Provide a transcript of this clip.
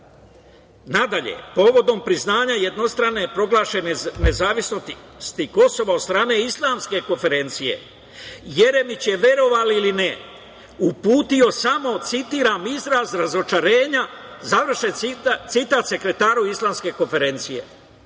zaliven. Nadalje, povodom priznanja jednostrane proglašene nezavisnosti Kosova od strane Islamske konferencije, Jeremić je, verovali ili ne, uputio samo, citira - izraz razočarenja, završen citat, sekretaru Islamske konferencije.